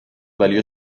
valió